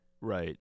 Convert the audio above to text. Right